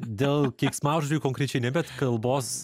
dėl keiksmažodžių konkrečiai ne bet kalbos